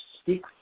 speak